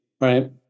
Right